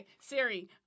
Siri